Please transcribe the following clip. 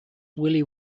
willie